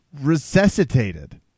resuscitated